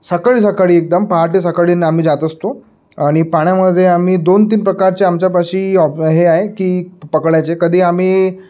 सकाळी सकाळी एकदम पहाटे सकाळी न आम्ही जात असतो आणि पाण्यामध्ये आम्ही दोन तीन प्रकारचे आमच्यापाशी ऑ हे आ आहे की पकडायचे कधी आम्ही